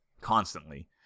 constantly